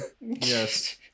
Yes